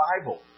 Bible